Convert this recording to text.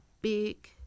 big